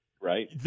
Right